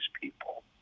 people